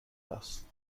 است